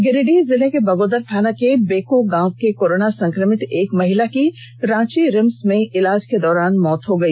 गिरिडीह जिले के बगोदर थाना के बेको गांव की कोरोना संक्रमित एक महिला की रांची रिम्स में इलाज को दौरान मौत हो गई